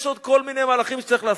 יש עוד כל מיני מהלכים שצריך לעשות.